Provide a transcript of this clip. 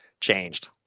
changed